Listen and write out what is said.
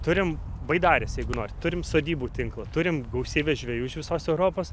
turim baidares jeigu norit turim sodybų tinklą turim gausybę žvejų iš visos europos